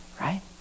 Right